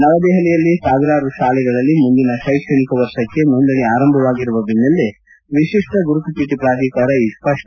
ನವದೆಹಲಿಯಲ್ಲಿ ಸಾವಿರಾರು ಶಾಲೆಗಳಲ್ಲಿ ಮುಂದಿನ ಶೈಕ್ಷಣಿಕ ವರ್ಷಕ್ಕೆ ನೋಂದಣಿ ಆರಂಭವಾಗಿರುವ ಬೆನ್ನಲ್ಲೇ ವಿಶಿಷ್ಟ ಗುರುತು ಚೀಟ ಪ್ರಾಧಿಕಾರ ಈ ಸ್ಪಷ್ಟನೆ ನೀಡಿದೆ